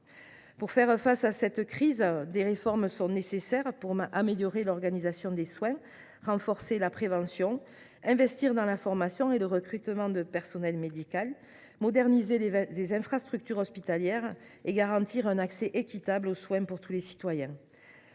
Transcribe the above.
de faire face à cette crise, des réformes sont nécessaires pour améliorer l’organisation des soins, renforcer la prévention, investir dans la formation et le recrutement de personnel médical, moderniser les infrastructures hospitalières et garantir un accès équitable aux soins pour tous les citoyens.